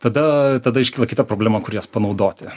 tada tada iškyla kita problema kur jas panaudoti